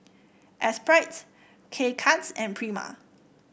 Esprit K Cuts and Prima